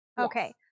okay